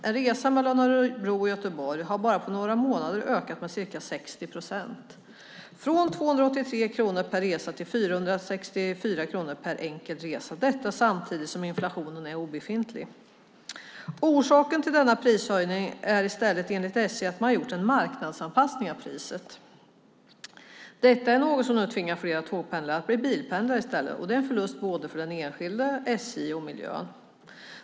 En resa mellan Örebro och Göteborg har på bara några månader ökat med ca 60 procent, från 283 kronor per enkel resa till 464 kronor, detta samtidigt som inflationen är obefintlig. Orsaken till denna prishöjning är i stället, enligt SJ, att man gjort en marknadsanpassning av priset. Detta har nu tvingat flera tågpendlare att i stället bli bilpendlare, och det är en förlust för både den enskilde, SJ och miljön.